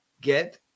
Get